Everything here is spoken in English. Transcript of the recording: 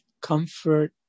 comfort